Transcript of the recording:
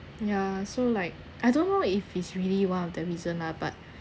ya so like I don't know if it's really one of the reason lah but